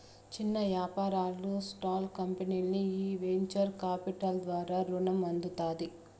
చిన్న యాపారాలు, స్పాల్ కంపెనీల్కి ఈ వెంచర్ కాపిటల్ ద్వారా రునం అందుతాది